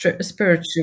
spiritual